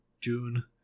June